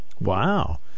Wow